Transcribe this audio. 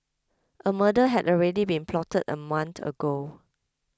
a murder had already been plotted a month ago